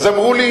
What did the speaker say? אז אמרו לי: